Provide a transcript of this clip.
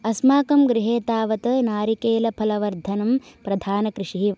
अस्माकं गृहे तावत् नारिकेलफलवर्धनं प्रधानकृषिः